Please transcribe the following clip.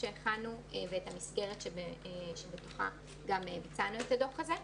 שהכנו ואת המסגרת שבתוכה גם ביצענו את הדוח הזה.